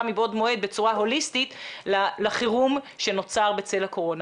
מבעוד מועד בצורה הוליסטית לחירום שנוצר בצל הקורונה.